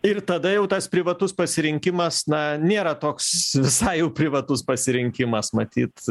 ir tada jau tas privatus pasirinkimas na nėra toks visai jau privatus pasirinkimas matyt